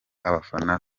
abafana